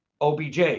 OBJ